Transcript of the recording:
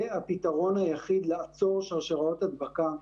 זה הפתרון היחיד לעצור שרשראות הדבקה.